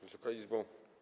Wysoka Izbo!